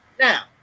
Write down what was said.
Now